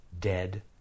Dead